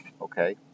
Okay